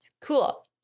Cool